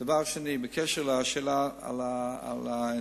דבר שני, בקשר לשאלה על האנטנות.